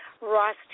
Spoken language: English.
Ross